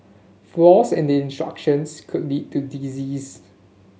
flaws in the instructions could lead to disease